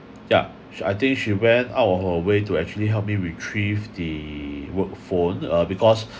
yeah she I think she went out of her way to actually help me retrieve the work phone uh because